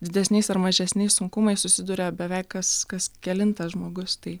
didesniais ar mažesniais sunkumais susiduria beveik kas kas kelintas žmogus tai